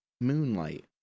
moonlight